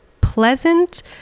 pleasant